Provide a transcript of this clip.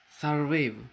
survive